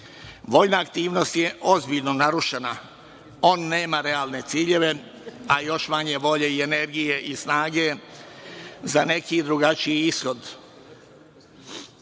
Voljna aktivnost je ozbiljno narušena. On nema realne ciljeve, a još manje volje i energije i snage za neki drugačiji ishod.Zašto